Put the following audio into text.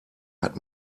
hat